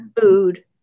Food